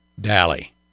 dally